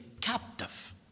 captive